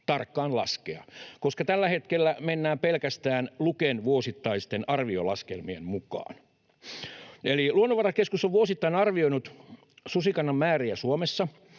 tarkkaan laskea, koska tällä hetkellä mennään pelkästään Luken vuosittaisten arviolaskelmien mukaan. Eli Luonnonvarakeskus on vuosittain arvioinut susikannan määriä Suomessa.